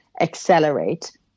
accelerate